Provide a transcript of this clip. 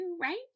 right